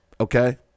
okay